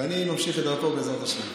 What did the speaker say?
ואני ממשיך את דרכו, בעזרת השם.